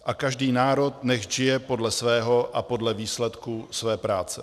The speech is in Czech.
A každý národ nechť žije podle svého a podle výsledků své práce.